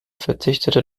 verzichtete